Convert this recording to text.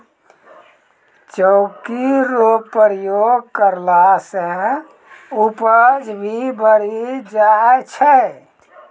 चौकी रो प्रयोग करला से उपज भी बढ़ी जाय छै